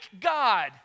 God